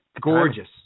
gorgeous